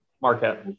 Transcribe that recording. Marquette